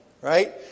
right